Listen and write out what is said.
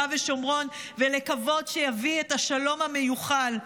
ושומרון ולקוות שיביא את השלום המיוחל.